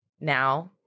now